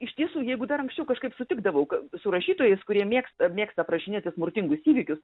iš tiesų jeigu dar anksčiau kažkaip sutikdavau su rašytojais kurie mėgsta mėgsta aprašinėti smurtingus įvykius